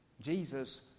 Jesus